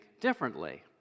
differently